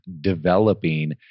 developing